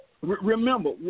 remember